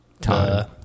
time